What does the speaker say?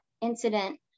incident